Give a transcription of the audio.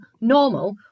normal